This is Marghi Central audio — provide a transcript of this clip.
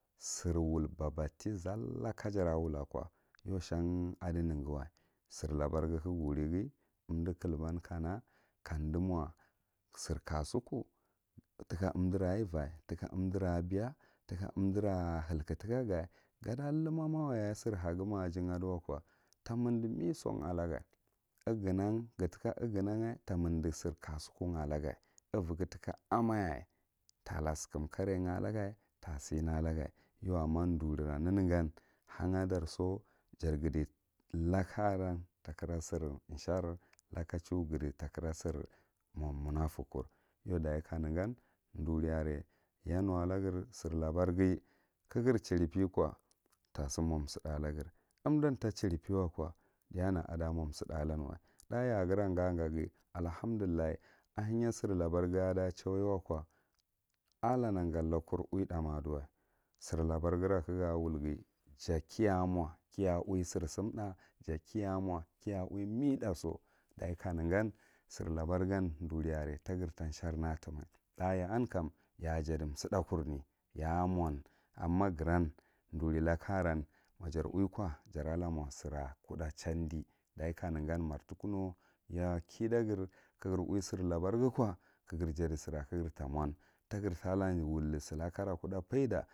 Sir eul babati zalla kaɗar wul ko, yau shan adi neghiwa sir labarghi kagha wurigh umdu klban kana kandu mo sir ka suku tika umdra ava tika umdra abeya tika umdura halgka tika ga gaɗa lumamuwa yaye ma sir haghi ma ajan a ɗuwa ko ta merdi meso a laga noghanan, ghatika nghanan ta mardi sir kasuku alaga ava ghi tika ama yaye, tala sukum karee ga alaga ta sini alaga, yau amma ɗurira nenegan han aɗura so jar gadi laka arm takra sir shary laka thuw gadi ta kira sir mo munofukur, yau dachi ka negan vuri are ya. Nulagre sir labar ghi kagre chiribe ko tasi mo si alagre, kagre chiribe ko tasi mo si alagre, undan ta chiribe wako ɗiyana ada m. Sida lanwa tha ya a ghira gagaghi allahanɗullah ahenya sir labar ghin ada ko chaawai wako allah nanga lakur uwi tha ma ada dauwi sir labara ghira ka ga wulghi, ja kiya m okiya uwi sir sum tha, ja kiya uwi miythgsso ɗachi ka negan sir labar gan eturi are ta gre ta shermatimai t’a ya an yajaɗi suthakurni ya a mon ama ghiran duri laka aran ma jar uwi ko jaralamo sira kuɗɗa chandi ɗachi kanegah, ɗachin kanegan mar tikuno ya kida gre ka gre uwi sir labar ghiko ka gre jaɗi sira ka gre ta mon ta are ta la wulli sulaka kuɗɗa faiɗa.